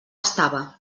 estava